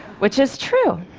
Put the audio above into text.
which is true.